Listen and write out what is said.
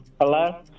Hello